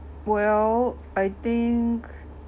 well I think